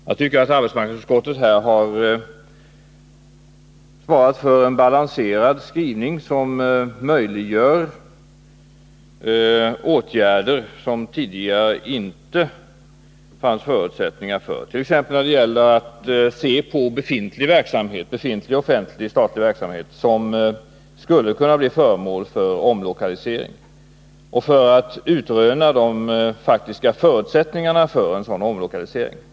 Jag tycker att arbetsmarknadsutskottet här har svarat för en balanserad skrivning vilken möjliggör åtgärder som det tidigare inte fanns förutsättningar för, t.ex. när det gäller att se på befintlig statlig verksamhet som skulle kunna bli föremål för omlokalisering och för att utröna de faktiska förutsättningarna för en sådan omlokalisering.